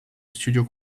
studio